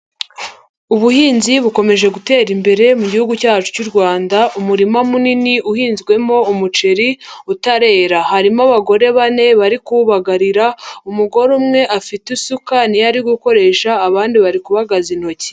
Ubuhinzi bukomeje gutera imbere mu gihugu cyacu cy'u Rwanda. Umurima munini uhinzwemo umuceri utarera, harimo abagore bane bari kuwugarira umugore umwe afite isukari ntoya niyo ari gukoresha abandi bari kubagaza intoki.